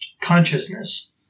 consciousness